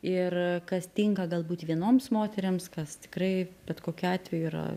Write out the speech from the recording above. ir kas tinka galbūt vienoms moterims kas tikrai bet kokiu atveju yra